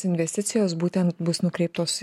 investicijos būtent bus nukreiptos